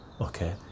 okay